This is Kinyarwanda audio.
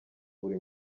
buri